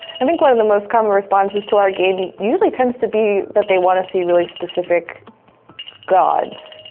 i think one of the most common responses to our game usually tend to be that they want to see really specific gods.